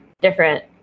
different